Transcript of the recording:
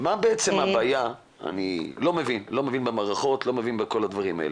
אני לא מבין במערכות ובכל הדברים האלה,